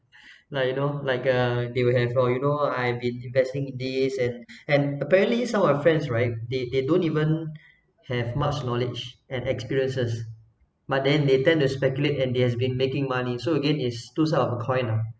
like you know like uh they will have uh you know I am been investing this and and apparently so our friends right they they don't even have much knowledge and experiences but then they tend to speculate and they has been making money so again it's two sides of a coin lah